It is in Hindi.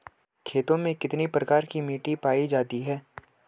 खेतों में कितने प्रकार की मिटी पायी जाती हैं?